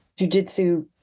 jujitsu